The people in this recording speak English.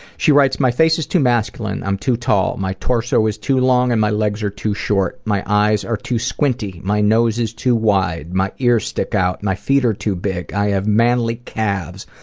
she writes, my face is too masculine. i'm too tall. my torso is too long, and my legs are too short. my eyes are too squinty. my nose is too wide. my ears stick out. my feet are too big. i have manly calves.